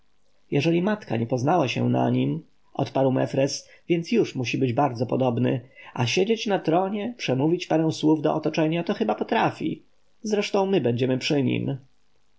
jeżeli matka nie poznała się na nim odparł mefres więc już musi być bardzo podobny a siedzieć na tronie przemówić parę słów do otoczenia to chyba potrafi zresztą my będziemy przy nim